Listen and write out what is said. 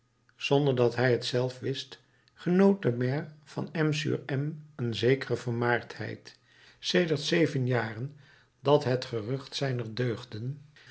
zonder dat hij t zelf wist genoot de maire van m sur m een zekere vermaardheid sedert zeven jaren dat het gerucht zijner deugden